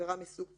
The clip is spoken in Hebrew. (א) בעבירה מסוג פשע,